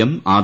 M R